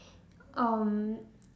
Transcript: um